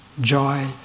joy